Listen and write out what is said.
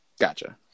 Gotcha